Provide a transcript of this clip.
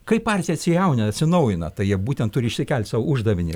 kai partija atsijaunina atsinaujina tai jie būtent turi išsikelt sau uždavinį